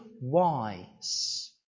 wise